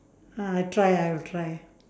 ah I try I will try